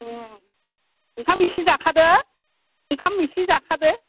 ओंखाम एसे जाखादो ओंखाम एसे जाखादो